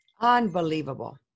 unbelievable